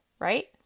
right